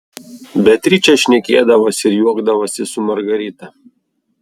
beatričė šnekėdavosi ir juokdavosi su margarita